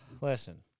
Listen